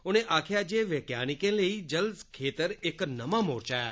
उनें आक्खेआ जे वैज्ञानिकें लेई जल खेतर इक्क नमां मोर्चा ऐ